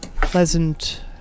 pleasant